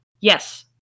Yes